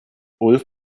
ulf